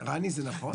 רני זה נכון?